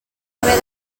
haver